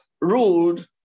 ruled